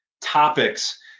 Topics